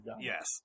Yes